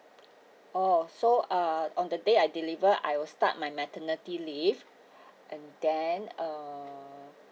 oh so uh on the day I deliver I will start my maternity leave and then uh